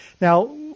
now